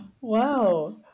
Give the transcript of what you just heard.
Wow